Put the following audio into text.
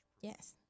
Yes